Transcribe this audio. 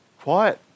quiet